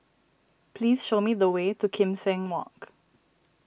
please show me the way to Kim Seng Walk